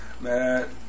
Man